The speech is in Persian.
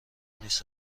نیست